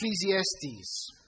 Ecclesiastes